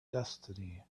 destiny